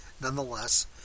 nonetheless